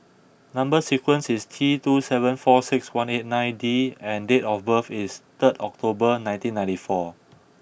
number sequence is T two seven four six one eight nine D and date of birth is third October nineteen ninety four